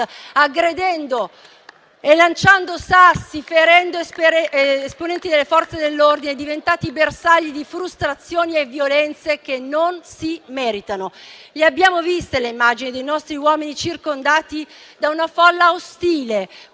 aggredendo e lanciando sassi, ferendo esponenti delle Forze dell'ordine diventati bersagli di frustrazioni e violenze che non si meritano. Le abbiamo viste le immagini dei nostri uomini circondati da una folla ostile,